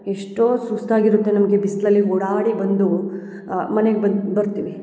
ಎಷ್ಟೋ ಸುಸ್ತು ಆಗಿರುತ್ತೆ ನಮಗೆ ಬಿಸ್ಲಲ್ಲಿ ಓಡಾಡಿ ಬಂದು ಮನೆಗೆ ಬರ್ ಬರ್ತೀವಿ